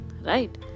right